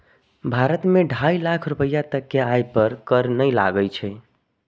भारत मे ढाइ लाख रुपैया तक के आय पर कर नै लागै छै